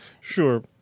Sure